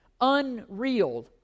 unreal